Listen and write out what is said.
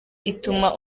utuma